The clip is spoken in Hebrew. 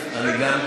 אני מודה.